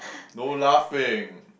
no laughing